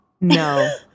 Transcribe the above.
no